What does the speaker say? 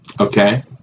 Okay